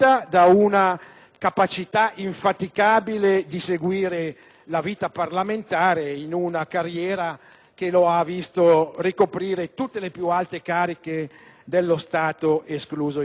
capacità infaticabile di seguire la vita parlamentare in una carriera che lo ha visto ricoprire tutte le più alte cariche dello Stato ad eccezione del Quirinale.